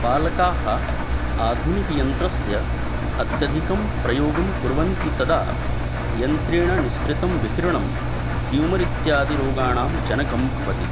बालकाः आधुनिकयन्त्रस्य अत्यधिकं प्रयोगं कुर्वन्ति तदा यन्त्रेण निस्सृतं विकिरणं ट्यूमर् इत्यादि रोगाणां जनकं भवति